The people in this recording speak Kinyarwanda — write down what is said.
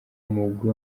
umugwi